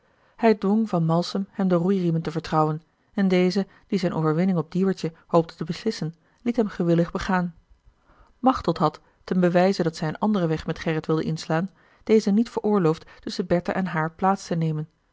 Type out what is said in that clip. hij drong van malsem hem de roeiriemen te vertrouwen en deze die zijne overwinning op dieuwertje hoopte te beslissen liet hem gewillig begaan machteld had ten bewijze dat zij een anderen weg met gerrit wilde inslaan dezen niet veroorloofd tusschen bertha en haar plaats te nemen